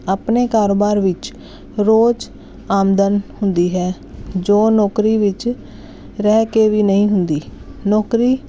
ਆਪਣੇ ਕਾਰੋਬਾਰ ਵਿੱਚ ਰੋਜ਼ ਆਮਦਨ ਹੁੰਦੀ ਹੈ ਜੋ ਨੌਕਰੀ ਵਿੱਚ ਰਹਿ ਕੇ ਵੀ ਨਹੀਂ ਹੁੰਦੀ ਨੌਕਰੀ